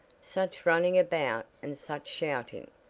such running about and such shouting!